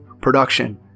production